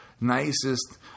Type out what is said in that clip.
nicest